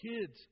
kids